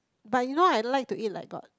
but you know I like to eat like got